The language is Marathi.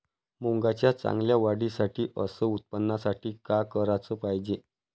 मुंगाच्या चांगल्या वाढीसाठी अस उत्पन्नासाठी का कराच पायजे?